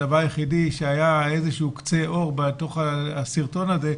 הדבר היחידי שהיה איזשהו קצה-אור בתוך הסרטון זה,